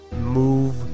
move